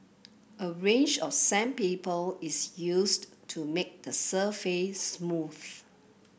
a range of sandpaper is used to make the surface smooth